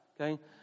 okay